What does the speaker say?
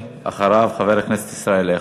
חבר הכנסת משה גפני.